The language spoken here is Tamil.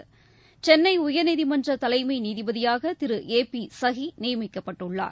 நி சென்னை உயர்நீதிமன்ற தலைமை நீதிபதியாக திரு ஏ பி சஹி நியமிக்கப்பட்டுள்ளார்